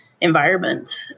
environment